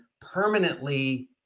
permanently